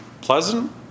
Pleasant